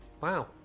Wow